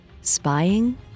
spying